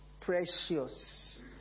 Precious